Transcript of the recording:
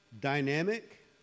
dynamic